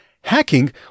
hacking